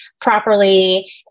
properly